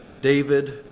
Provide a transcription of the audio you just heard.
david